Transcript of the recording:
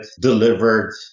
delivered